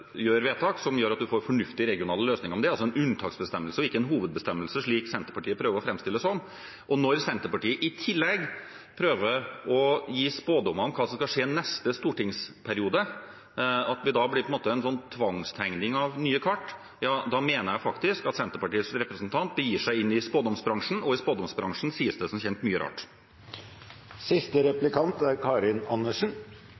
gjør vedtak som gjør at man får fornuftige regionale løsninger. Men det er en unntaksbestemmelse, ikke en hovedbestemmelse, slik Senterpartiet prøver å framstille det som. Når Senterpartiet i tillegg prøver å gi spådommer om hva som skal skje i neste stortingsperiode, og at det da blir en slags tvangstegning av nye kart, mener jeg faktisk at Senterpartiets representant begir seg inn i spådomsbransjen, og i spådomsbransjen sies det som kjent mye rart.